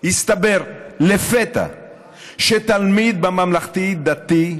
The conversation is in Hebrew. הסתבר לפתע שתלמיד בממלכתי-דתי,